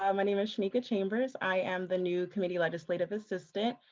um my name is make a change in his eye and the new committee legislative assistant.